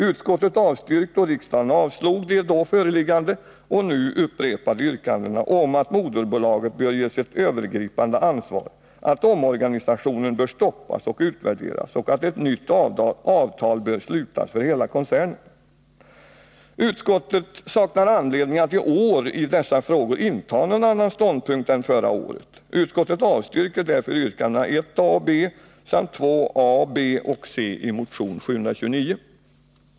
Utskottet avstyrkte och riksdagen avslog de då föreliggande och nu upprepade yrkandena om att moderbolaget bör ges ett övergripande ansvar, att omorganisationen bör stoppas och utvärderas och att ett nytt avtal bör slutas för hela koncernen. Utskottet saknar anledning att i år i dessa frågor inta någon annan ståndpunkt än förra året. Utskottet avstyrker därför yrkandena 1 a och b samt 2 a, b och c i motion 729.